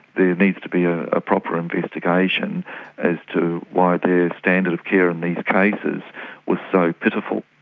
there needs to be a proper investigation as to why their standard of care in these cases was so pitiful.